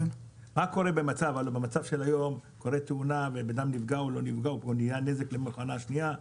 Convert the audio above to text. קורה במצב של תאונה, שבה גם המכונית השנייה נפגעת?